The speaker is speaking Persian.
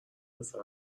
پسر